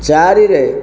ଚାରିରେ